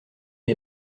les